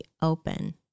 open